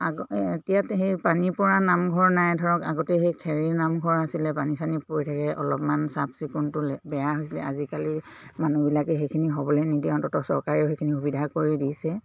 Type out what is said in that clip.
আগ এতিয়া সেই পানী পৰা নামঘৰ নাই ধৰক আগতে সেই খেৰীৰ নামঘৰ আছিলে পানী চানী পৰি থাকে অলপমান চাফ চিকুণটো বেয়া হৈছিলে আজিকালি মানুহবিলাকে সেইখিনি হ'বলৈ নিদিয়া অন্ততঃ চৰকাৰেও সেইখিনি সুবিধা কৰি দিছে